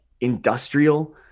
industrial